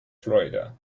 florida